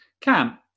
Cam